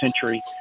century